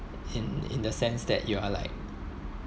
in in the sense that you are like